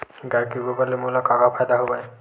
गाय के गोबर ले मोला का का फ़ायदा हवय?